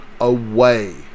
away